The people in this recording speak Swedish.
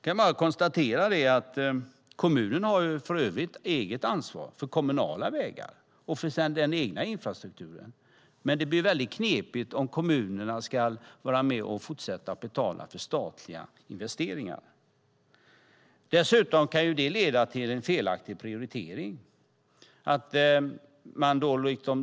Jag kan konstatera att kommunen för övrigt har eget ansvar för kommunala vägar och för den egna infrastrukturen. Men det blir mycket knepigt om kommunerna ska vara med och betala för statliga investeringar. Det kan dessutom leda till en felaktig prioritering.